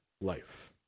life